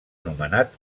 anomenat